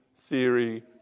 theory